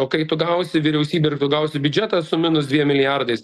o kai tu gausi vyriausybę ir tu gausi biudžetą su minus dviem milijardais